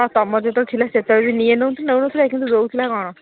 ହଁ ତମ ଯେତେବେଳେ ଥିଲା ସେତେବେଳେ ବି ନି ନଉ ନଉନଥିଲା କିନ୍ତୁ ଦେଉଥିଲା କ'ଣ